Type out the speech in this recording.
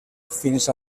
fins